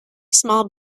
small